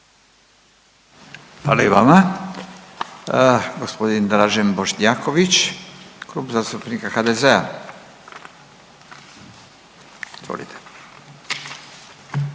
Hvala i vama. Gospodin Dražen Bošnjaković Klub zastupnika HDZ-a. Izvolite.